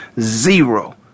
zero